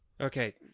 Okay